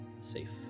safe